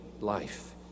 life